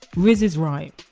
riz is right.